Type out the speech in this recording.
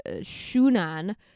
Shunan